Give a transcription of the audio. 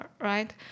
right